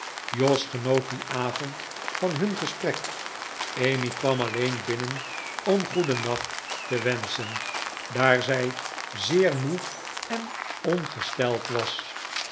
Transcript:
jos genoot dien avond van hun gesprek emmy kwam alleen binnen om goeden nacht te wenschen daar zij zeer moe en ongesteld was